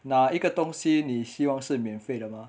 哪一个东西你希望是免费的吗